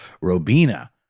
Robina